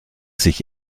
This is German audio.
sich